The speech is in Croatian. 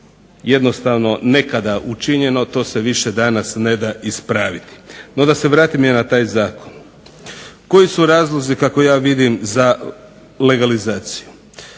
jednostavno nekada učinjeno to se više danas ne da ispraviti. No da se vratim ja na taj zakon. Koji su razlozi kako ja vidim za legalizaciju?